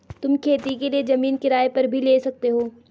तुम खेती के लिए जमीन किराए पर भी ले सकते हो